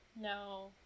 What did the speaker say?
No